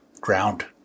ground